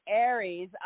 Aries